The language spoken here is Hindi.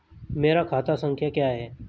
मेरा खाता संख्या क्या है?